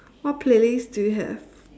what playlist do you have